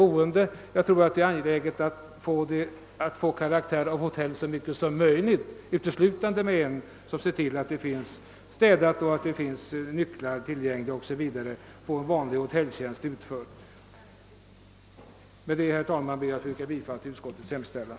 Jag anser att frivårdshemmen i största möjliga utsträckning bör få hotellkaraktär och att den service, som där lämnas, skall inskränkas till tillhandahållande av nycklar och andra sådana tjänster som förekommer på ett hotell. Herr talman! Med det anförda ber jag att få yrka bifall till utskottets hemställan.